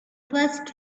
first